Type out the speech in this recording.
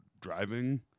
driving